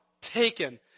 taken